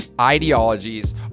ideologies